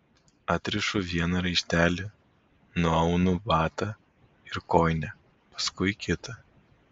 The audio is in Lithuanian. atrišu vieną raištelį nuaunu batą ir kojinę paskui kitą